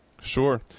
Sure